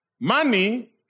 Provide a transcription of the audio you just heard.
money